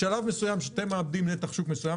בשלב מסוים כשאתם מאבדים נתח שוק מסוים,